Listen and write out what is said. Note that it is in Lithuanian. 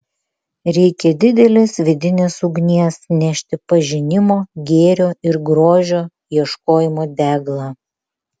reikia didelės vidinės ugnies nešti pažinimo gėrio ir grožio ieškojimo deglą